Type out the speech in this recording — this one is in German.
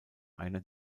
einer